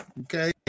Okay